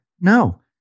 No